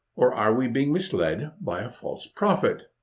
or are we being misled by a false prophet.